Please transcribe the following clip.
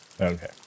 Okay